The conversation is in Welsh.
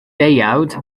deuawd